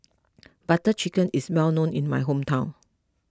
Butter Chicken is well known in my hometown